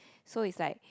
so it's like